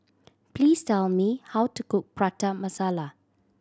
please tell me how to cook Prata Masala